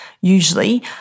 usually